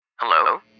Hello